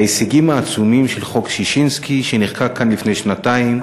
ההישגים העצומים של חוק ששינסקי שנחקק כאן לפני שנתיים